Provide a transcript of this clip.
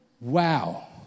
Wow